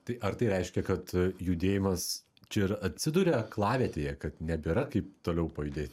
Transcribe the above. tai ar tai reiškia kad judėjimas čia ir atsiduria aklavietėje kad nebėra kaip toliau pajudėt